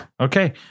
Okay